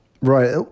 Right